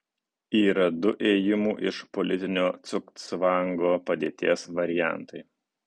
yra du ėjimų iš politinio cugcvango padėties variantai